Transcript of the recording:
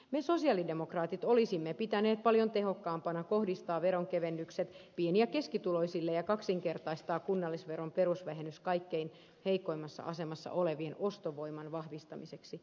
me sosialidemokraatit olisimme pitäneet paljon tehokkaampana kohdistaa veronkevennykset pieni ja keskituloisille ja kaksinkertaistaa kunnallisveron perusvähennys kaikkein heikoimmassa asemassa olevien ostovoiman vahvistamiseksi